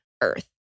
earth